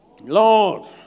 Lord